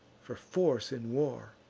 for force in war